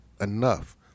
enough